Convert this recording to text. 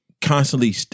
constantly